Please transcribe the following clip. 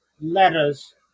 letters